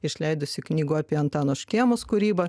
išleidusi knygų apie antano škėmos kūrybą